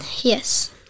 Yes